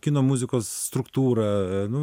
kino muzikos struktūrą